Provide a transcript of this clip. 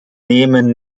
nehmen